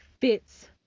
fits